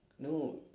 no